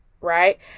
right